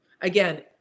Again